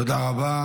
תודה רבה.